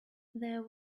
there